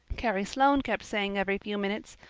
carrie sloane kept saying every few minutes,